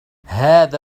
هذا